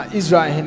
israel